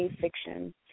fiction